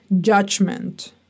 judgment